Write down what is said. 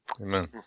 Amen